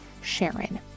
SHARON